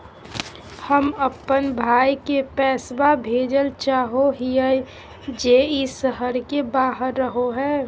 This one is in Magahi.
हम अप्पन भाई के पैसवा भेजल चाहो हिअइ जे ई शहर के बाहर रहो है